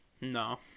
no